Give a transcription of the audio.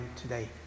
today